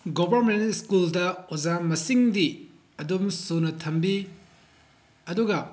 government ꯁ꯭ꯀꯨꯜꯗ ꯑꯣꯖꯥ ꯃꯁꯤꯡꯗꯤ ꯑꯗꯨꯝ ꯁꯨꯅ ꯊꯝꯕꯤ ꯑꯗꯨꯒ